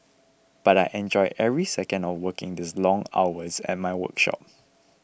but I enjoy every second of working these long hours at my workshop